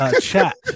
Chat